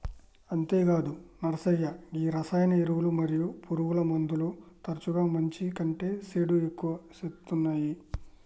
అంతేగాదు నర్సయ్య గీ రసాయన ఎరువులు మరియు పురుగుమందులు తరచుగా మంచి కంటే సేసుడి ఎక్కువ సేత్తునాయి